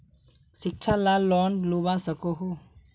शिक्षा ला लोन लुबा सकोहो?